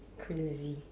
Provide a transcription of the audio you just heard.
crazy